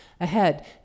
ahead